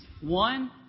One